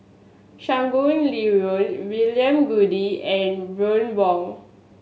Shangguan Liuyun William Goode and Ron Wong